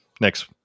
Next